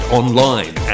online